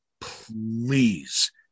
please